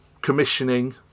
commissioning